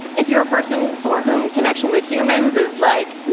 if you're a person for whom connection with humans is like,